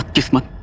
yasmine.